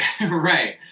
Right